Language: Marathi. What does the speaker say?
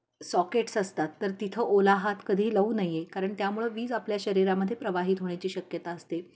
सॉकेट्स असतात तर तिथं ओला हात कधी लावू नये कारण त्यामुळं वीज आपल्या शरीरामध्ये प्रवाहित होण्याची शक्यता असते